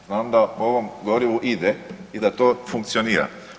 Znam da na ovom gorivu ide i da to funkcionira.